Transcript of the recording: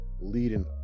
leading